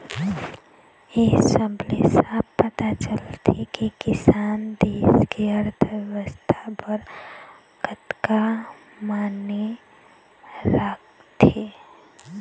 ए सब ले साफ पता चलथे के किसान देस के अर्थबेवस्था बर कतका माने राखथे